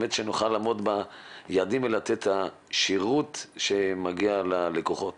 ובאמת שנוכל לעמוד ביעדים ולתת את השירות שמגיע ללקוחות.